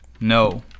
No